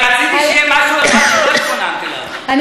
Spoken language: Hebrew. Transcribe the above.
אני רציתי שיהיה משהו שלא התכוננת אליו,